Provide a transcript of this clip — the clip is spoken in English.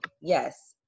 Yes